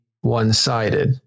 one-sided